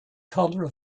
color